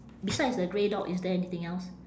besides the grey dog is there anything else